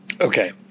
Okay